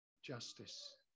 justice